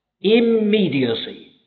immediacy